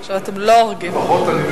לא "עכשיו"; "לפחות אתם" לא "עכשיו".